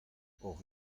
hor